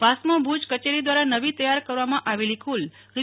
વાસ્મો ભુજ કચેરી દ્વારા નવી તૈયાર કરવામાં આવેલી કુલ રૂ